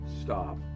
stop